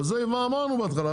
אבל את זה כבר אמרנו בהתחלה,